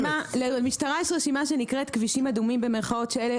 למשטרה יש רשימה שנקראת כבישים "אדומים" ואלה